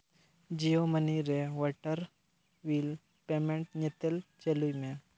Jio money ᱨᱮ water bill payment ᱧᱮᱛᱮᱞ ᱪᱟᱹᱞᱩᱭ ᱢᱮ